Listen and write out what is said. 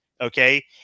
okay